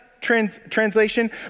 translation